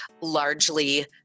largely